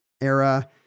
era